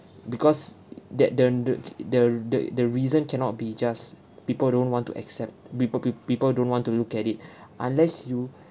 because that then the the the the reason cannot be just people don't want to accept people peop~ people don't want to look at it unless you